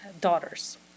daughters